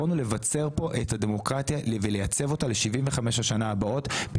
יכולנו לבצר כאן את הדמוקרטיה ולייצב אותה ל-75 אנשים הבאות אבל